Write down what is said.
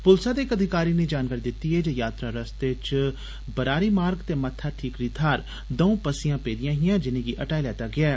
पुलसै दे इक अधिकारी नै जानकारी दिती ऐ जे यात्रा रस्ते च बरारी मार्ग ते मत्था ठीकरी थाहर दंऊ पस्सियां पेदियां हियां जिनेगी हटाई लैता गेआ ऐ